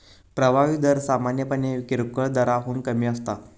प्रभावी दर सामान्यपणे किरकोळ दराहून कमी असता